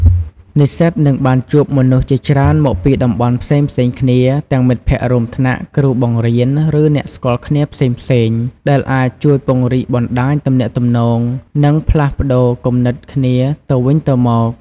និស្សិតនឹងបានជួបមនុស្សជាច្រើនមកពីតំបន់ផ្សេងៗគ្នា ទាំងមិត្តភ័ក្តិរួមថ្នាក់ គ្រូបង្រៀន ឬអ្នកស្គាល់គ្នាផ្សេងៗ ដែលអាចជួយពង្រីកបណ្ដាញទំនាក់ទំនង និងផ្លាស់ប្ដូរគំនិតគ្នាទៅវិញទៅមក។